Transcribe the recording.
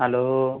hello